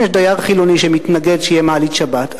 אם יש דייר חילוני שמתנגד שתהיה מעלית שבת,